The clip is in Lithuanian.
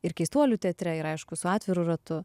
ir keistuolių teatre ir aišku su atviru ratu